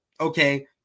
okay